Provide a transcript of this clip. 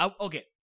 okay